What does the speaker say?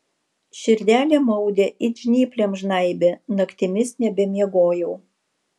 širdelė maudė it žnyplėm žnaibė naktimis nebemiegojau